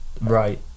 right